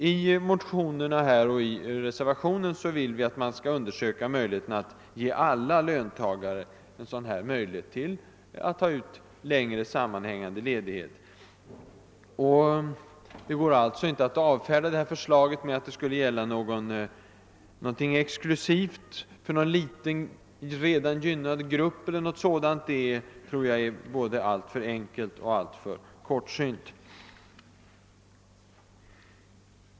I motionerna och i reservationen framhålles att man borde undersöka möjligheterna för alla löntagare att kunna ta ut längre sammanhängande ledighet. Det går alltså inte att avfärda förslaget med att det skulle vara exklusivt och gälla någon liten redan gynnad grupp. Det vore både alltför enkelt och alltför kortsynt.